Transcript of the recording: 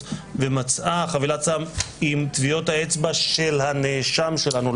ומצאה חבילת סם עם טביעות האצבע של הנאשם שלנו,